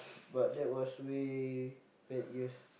but that was way back years